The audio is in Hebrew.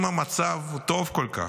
אם המצב הוא טוב כל כך,